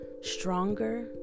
stronger